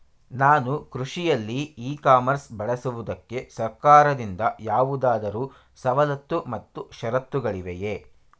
ನಾನು ಕೃಷಿಯಲ್ಲಿ e commerce ಬಳಸುವುದಕ್ಕೆ ಸರ್ಕಾರದಿಂದ ಯಾವುದಾದರು ಸವಲತ್ತು ಮತ್ತು ಷರತ್ತುಗಳಿವೆಯೇ?